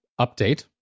update